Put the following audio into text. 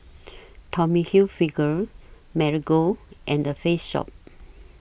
Tommy Hilfiger Marigold and The Face Shop